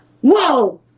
Whoa